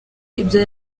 ibyo